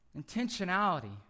intentionality